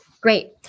Great